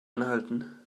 anhalten